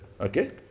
Okay